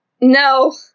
No